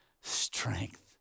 strength